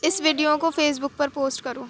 اس video کو Facebook پر پوسٹ کرو